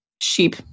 sheep